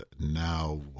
now